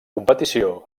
competició